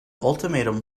ultimatum